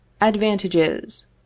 ADVANTAGES